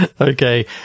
Okay